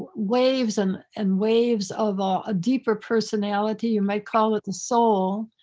waves and and waves of a ah deeper personality. you might call it the soul,